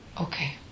Okay